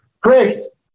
Chris